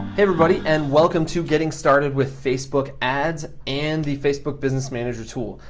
everybody, and welcome to getting started with facebook ads and the facebook business manager tool.